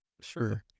Sure